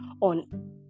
on